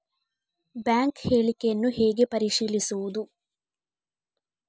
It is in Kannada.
ಬ್ಯಾಂಕ್ ಹೇಳಿಕೆಯನ್ನು ಹೇಗೆ ಪರಿಶೀಲಿಸುವುದು?